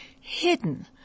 hidden